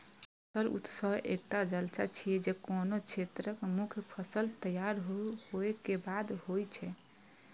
फसल उत्सव एकटा जलसा छियै, जे कोनो क्षेत्रक मुख्य फसल तैयार होय के बाद होइ छै